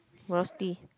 rusty